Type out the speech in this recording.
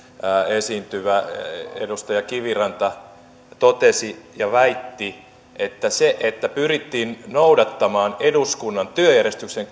esiintyvä edustaja kiviranta totesi ja väitti että se että pyrittiin noudattamaan eduskunnan työjärjestyksen